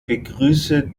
begrüße